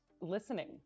listening